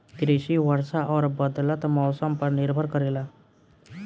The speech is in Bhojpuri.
कृषि वर्षा और बदलत मौसम पर निर्भर करेला